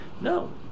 No